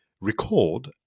record